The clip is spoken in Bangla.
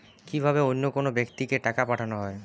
কি ভাবে অন্য কোনো ব্যাক্তিকে টাকা পাঠানো হয়?